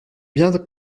bien